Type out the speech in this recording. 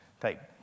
type